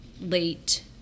late